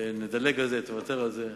נדלג על זה, תוותר על זה.